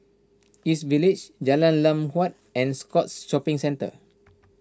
East Village Jalan Lam Huat and Scotts Shopping Centre